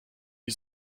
die